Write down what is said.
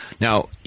Now